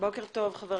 קצת